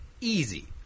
Easy